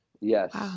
Yes